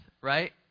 right